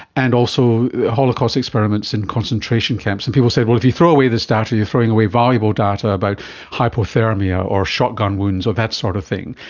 and also holocaust experiments in concentration camps. and people say but if you throw away this data you're throwing away valuable data about hypothermia or shot gun wounds or that sort of thing.